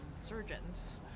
surgeons